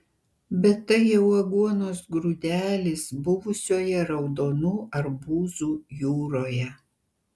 bet tai jau aguonos grūdelis buvusioje raudonų arbūzų jūroje